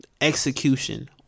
Execution